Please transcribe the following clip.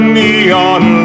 neon